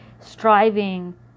striving